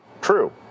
True